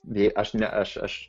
bei aš ne aš aš